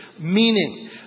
Meaning